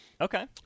Okay